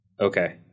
Okay